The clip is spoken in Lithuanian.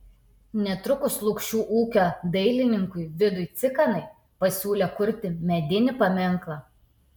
netrukus lukšių ūkio dailininkui vidui cikanai pasiūlė kurti medinį paminklą